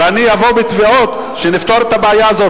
ואני אבוא בתביעות שנפתור את הבעיה הזאת.